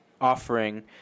offering